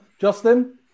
Justin